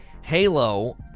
halo